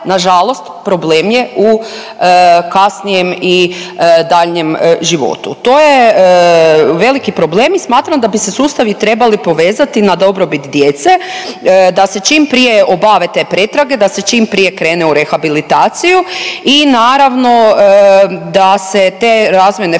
na žalost problem je kasnijem i daljnjem životu. To je veliki problem i smatram da bi se sustavi trebali povezati na dobrobit djece, da se čim prije obave te pretrage, da se čim prije krene u rehabilitaciju. I naravno da se te razvojne faze